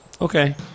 Okay